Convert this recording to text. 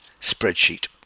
spreadsheet